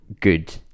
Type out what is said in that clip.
good